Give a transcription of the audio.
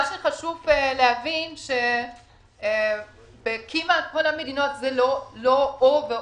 חשוב להבין שכמעט בכל המדינות זה לא או/או.